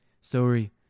sorry